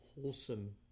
wholesome